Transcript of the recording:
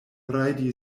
rajdi